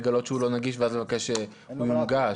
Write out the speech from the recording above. לגלות שהוא לא נגיש ואז לבקש שהוא יונגש.